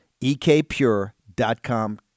ekpure.com